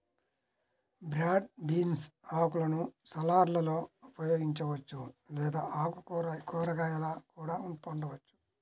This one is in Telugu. బ్రాడ్ బీన్స్ ఆకులను సలాడ్లలో ఉపయోగించవచ్చు లేదా కూరగాయలా కూడా వండవచ్చు